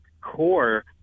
core